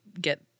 get